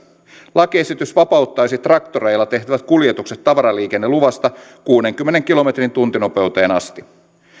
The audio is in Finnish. lakiesitys vapauttaisi traktoreilla tehtävät kuljetukset tavaraliikenneluvasta kuudenkymmenen kilometrin tuntinopeuteen asti